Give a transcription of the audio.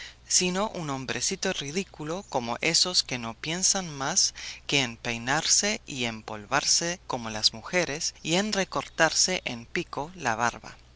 sino un hombrecito ridículo como esos que no piensan más que en peinarse y empolvarse como las mujeres y en recortarse en pico la barba